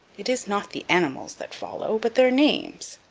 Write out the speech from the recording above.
it is not the animals that follow, but their names.